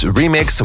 remix